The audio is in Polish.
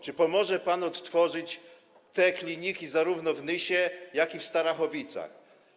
Czy pomoże pan odtworzyć te kliniki zarówno w Nysie, jak i w Starachowicach?